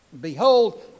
Behold